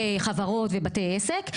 חברות ובתי עסק,